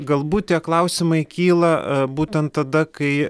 galbūt tie klausimai kyla a būtent tada kai